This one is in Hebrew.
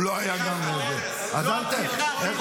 הוא גם לא היה גם --- אדוני היושב-ראש,